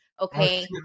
Okay